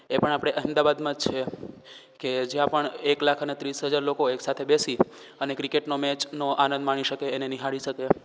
એ પણ આપણે અહેમદાબાદમાં જ છે કે જ્યાં પણ એક લાખ અને ત્રીસ હજાર લોકો એકસાથે બેસી અને ક્રિકેટનો મેચનો આનંદ માણી શકે એને નિહાળી શકે